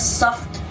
soft